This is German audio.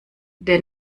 der